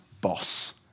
boss